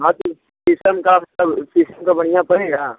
हाँ तो शीशम का तब शीशम का बढ़िया पड़ेगा